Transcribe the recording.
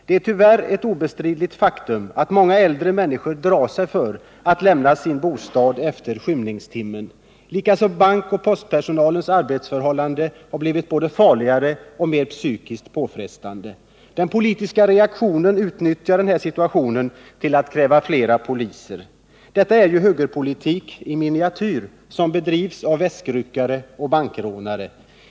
Det är tyvärr ett obestridligt faktum att många äldre människor drar sig för att lämna sin bostad efter skymningstimmen, likaså att bankoch postpersonalens arbetsförhållanden blivit både farligare och mera psykiskt påfrestande. De reaktionära politikerna utnyttjar denna situation till att kräva flera poliser. Det är ju högerpolitik i miniatyr som bedrivs av väskryckare och bankrånare.